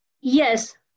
yes